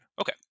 Okay